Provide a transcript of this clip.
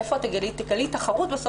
איפה את תגלי תחרות?